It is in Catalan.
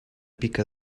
pica